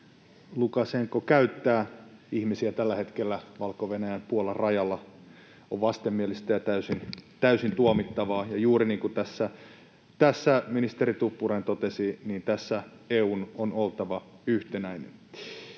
Lukašenka käyttää ihmisiä tällä hetkellä Valko-Venäjän Puolan-rajalla on vastenmielistä ja täysin tuomittavaa, ja juuri niin kuin ministeri Tuppurainen totesi, tässä EU:n on oltava yhtenäinen.